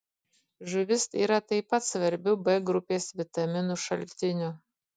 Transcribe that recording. žuvis yra taip pat svarbiu b grupės vitaminų šaltiniu